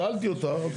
שאלתי אותה.